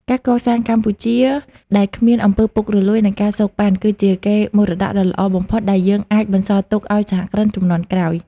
ការកសាងកម្ពុជាដែលគ្មាន អំពើពុករលួយ និង ការសូកប៉ាន់ គឺជាកេរមរតកដ៏ល្អបំផុតដែលយើងអាចបន្សល់ទុកឱ្យសហគ្រិនជំនាន់ក្រោយ។